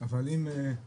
שדיברת עם ראשי